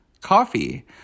coffee